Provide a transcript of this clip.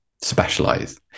specialize